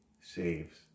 saves